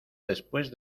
después